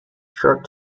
short